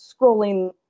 scrolling